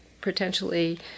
Potentially